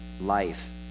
life